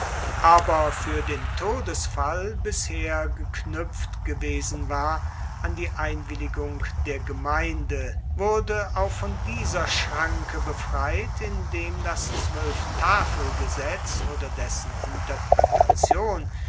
aber fuer den todesfall bisher geknuepft gewesen war an die einwilligung der gemeinde wurde auch von dieser schranke befreit indem das zwoelftafelgesetz oder dessen interpretation